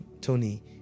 Tony